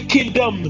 Kingdom